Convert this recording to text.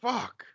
Fuck